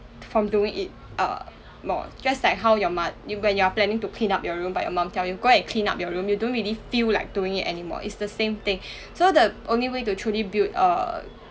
from doing it uh more just like how your mot~ you when you are planning to clean up your room but you mum tell you go and clean up your room you don't really feel like doing it anymore it's the same thing so the only way to truly build uh